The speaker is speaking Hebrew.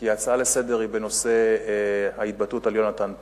כי ההצעה לסדר-היום היא בנושא ההתבטאות על יונתן פולארד,